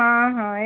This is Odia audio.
ହଁ ହଁ ଏଇ